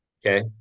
Okay